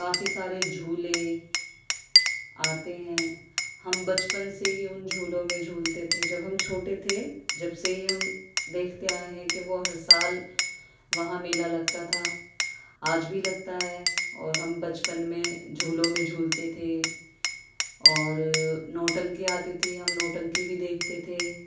کافی سارے جھولے آتے ہیں ہم بچپن سے ہی ان جھولوں میں جھولتے تھے جب ہم چھوٹے تھے جب سے ہی ہم دیکھتے آئیں ہیں کہ وہ ہر سال وہاں میلا لگتا تھا آج بھی لگتا ہے اور ہم بچپن میں جھولوں میں جھولتے تھے اور نوٹنکی آتی تھی ہم نو ٹنکی بھی دیکھتے تھے